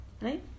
right